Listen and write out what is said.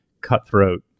cutthroat